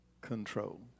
control